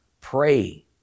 Pray